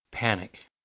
Panic